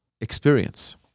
experience